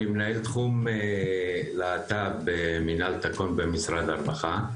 אני מנהל תחום להט"ב במשרד הרווחה,